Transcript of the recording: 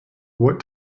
what